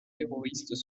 terroristes